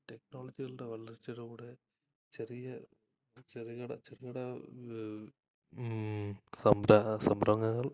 ഈ ടെക്നോളജികളുടെ വളർച്ചയുടെകൂടെ ചെറിയ ചെറുകിട ചെറുകിട സംരംഭങ്ങൾ